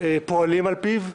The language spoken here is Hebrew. פועלים על פיו,